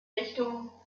richtung